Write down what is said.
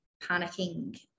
panicking